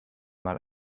mal